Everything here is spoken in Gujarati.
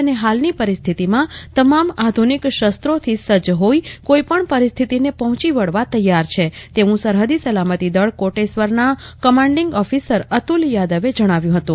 અને હાલની પરિસ્થિતિમાં તમામ આધુનિક શસ્ત્રોથી સજ્જ હોઈ કોઈપણ પરિસ્થિતિને પહોચી વળવા સક્ષમ છે તેવું સરહદી સલામતી દળ કોટેશ્વરના કમાન્ડિંગ ઓફિસર અતુલ યાદવે જણાવ્યું હતું